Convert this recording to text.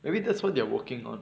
maybe that's what they're working on